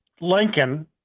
Lincoln